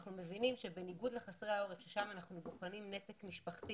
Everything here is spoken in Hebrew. אנחנו מבינים שבניגוד לחסרי העורף שם אנחנו בוחנים נתק משפחתי